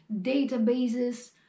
databases